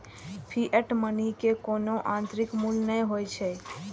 fiat money के कोनो आंतरिक मूल्य नै होइ छै